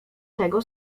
tego